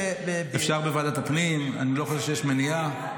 אפשר בוועדת הפנים, אני לא חושב שיש מניעה.